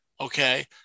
okay